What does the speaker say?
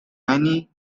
many